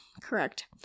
Correct